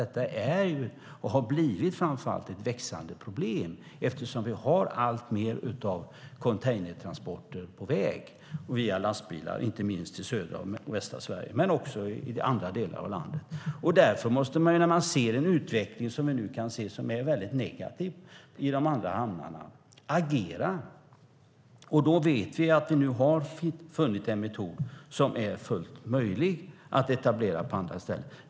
Detta är och har framför allt blivit ett växande problem, eftersom vi har alltmer av containertransporter på väg via lastbilar, inte minst i södra och västra Sverige men också i andra delar av landet. När vi nu ser en utveckling, som vi nu kan se, som är väldigt negativ i de andra hamnarna måste man agera. Då vet vi att det finns en metod som är fullt möjlig att etablera på andra ställen.